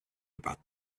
about